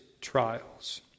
trials